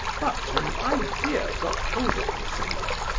but an idea got hold of me somehow.